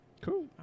Cool